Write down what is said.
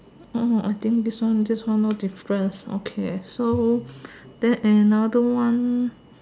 I think this one this one no difference okay so then another one